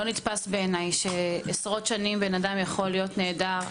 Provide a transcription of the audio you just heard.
לא נתפס בעיניי שעשרות שנים אדם יכול להיות נעדר.